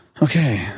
Okay